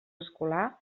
escolar